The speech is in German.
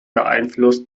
beeinflusst